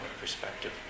perspective